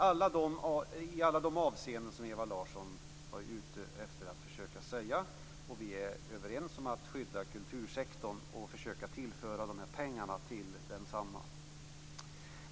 Vi är också överens om att försöka att skydda kultursektorn och försöka att tillföra pengar till densamma.